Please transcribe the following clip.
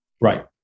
Right